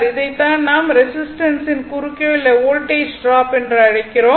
இதைத்தான் நாம் ரெசிஸ்டன்ஸின் குறுக்கே உள்ள வோல்டேஜ் ட்ராப் என்று அழைக்கிறோம்